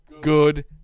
Good